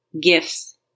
Gifts